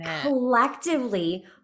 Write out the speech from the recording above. collectively